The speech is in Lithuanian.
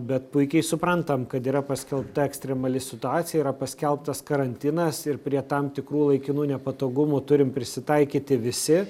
bet puikiai suprantam kad yra paskelbta ekstremali situacija yra paskelbtas karantinas ir prie tam tikrų laikinų nepatogumų turim prisitaikyti visi